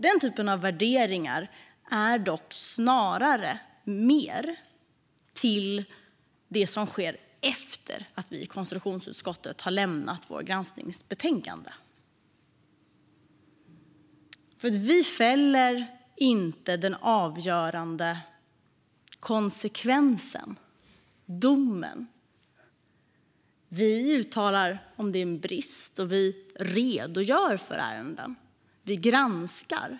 Den typen av värderingar görs dock snarare efter att vi i konstitutionsutskottet har lämnat vårt granskningsbetänkande. Vi fäller inte den avgörande domen. Vi gör uttalanden om brister och redogör för ärenden. Vi granskar.